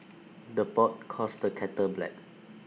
the pot calls the kettle black